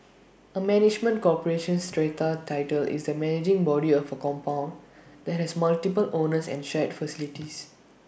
A management corporation strata title is the managing body of A compound that has multiple owners and shared facilities